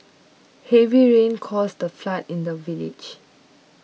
heavy rains caused a flood in the village